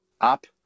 up